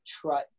try